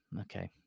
Okay